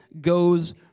goes